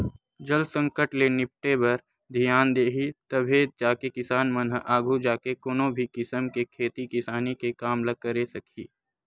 जल संकट ले निपटे बर धियान दिही तभे जाके किसान मन ह आघू जाके कोनो भी किसम के खेती किसानी के काम ल करे सकही